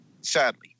sadly